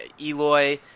Eloy